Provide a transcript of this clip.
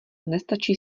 nestačí